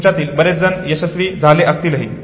तुमच्यातील बरेच जण यशस्वी झाले असतीलही